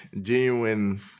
genuine